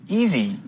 easy